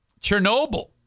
Chernobyl